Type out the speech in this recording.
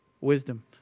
wisdom